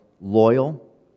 loyal